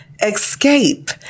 Escape